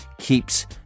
keeps